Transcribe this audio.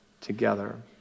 together